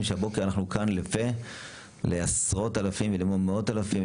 שהבוקר אנחנו כאן לפה לעשרות אלפים ואפילו מאות אלפים,